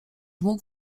mógł